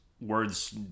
words